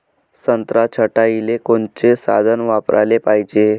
संत्रा छटाईले कोनचे साधन वापराले पाहिजे?